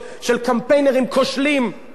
שני חוקים דרמטיים עברו בכנסת הזאת,